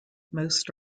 most